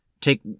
take